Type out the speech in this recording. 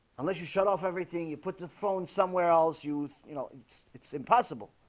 unless you shut off. everything you put the phone somewhere else youth you know, it's it's impossible